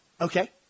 Okay